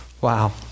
Wow